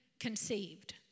Conceived